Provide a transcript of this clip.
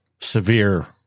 severe